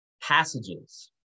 passages